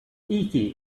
easy